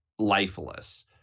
lifeless